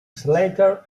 slater